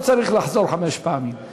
לא צריך לחזור חמש פעמים.